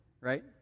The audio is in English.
right